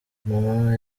mama